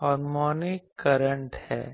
harmonic current हैं